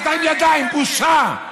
אל תרים ידיים, בושה.